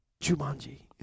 Jumanji